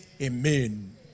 Amen